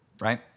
right